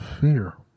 fear